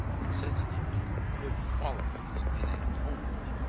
insensible to good qualities in an opponent,